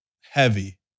heavy